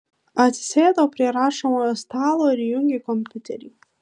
atsisėdo prie rašomojo stalo ir įjungė kompiuterį